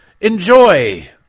Enjoy